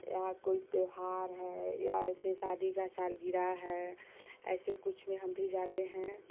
या कोई त्यौहार है या ऐसे शादी का साल गिरह है ऐसे कुछ में हम भी जाते हैं